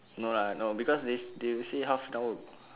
no lah no because they they will say half and hour